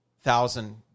thousand